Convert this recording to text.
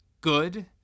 Good